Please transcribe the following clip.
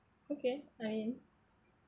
okay I mean